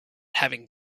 having